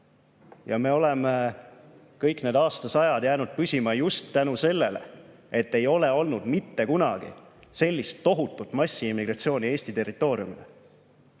ja me oleme kõik need aastasajad jäänud püsima just tänu sellele, et mitte kunagi ei ole olnud sellist tohutut massiimmigratsiooni Eesti territooriumile.